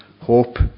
hope